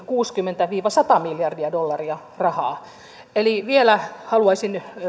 kuusikymmentä viiva sata miljardia dollaria rahaa eli vielä haluaisin